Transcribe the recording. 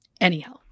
anyhow